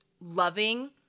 loving